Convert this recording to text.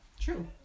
true